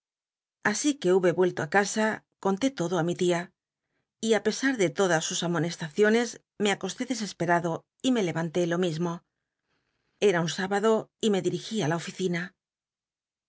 así que hube vuelto á casa conté todo á mi tia y á pesar de todas sus amonestaciones me acosté desespetado y roe levanté lo mismo cm un s ibado y me dirigí á la oficina